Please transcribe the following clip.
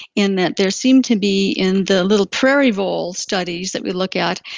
in that there seem to be in the little prairie vole studies that we look at,